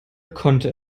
konnte